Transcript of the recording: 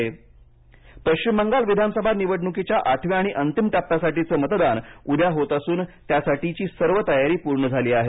पश्चिम बंगाल पश्चिम बंगाल विधानसभा निवडणुकीच्या आठव्या आणि अंतिम टप्प्यासाठीचं मतदान उद्या होत असून त्यासाठीची सर्व तयारी पूर्ण झाली आहे